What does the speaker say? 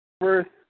first